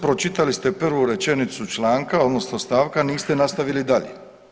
Pročitali ste prvu rečenicu članka odnosno stavka, a niste nastavili dalje.